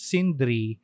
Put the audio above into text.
Sindri